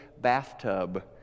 bathtub